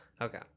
Okay